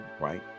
right